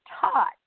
taught